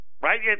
right